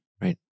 Right